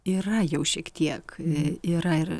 yra jau šiek tiek yra ir